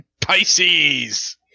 Pisces